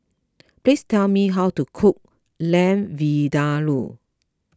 please tell me how to cook Lamb Vindaloo